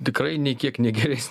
tikrai nė kiek negeres